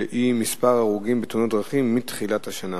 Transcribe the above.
שהיא: מספר ההרוגים בתאונות הדרכים מתחילת השנה.